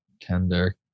tender